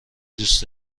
دوست